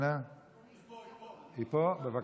בבקשה.